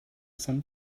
some